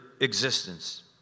existence